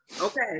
Okay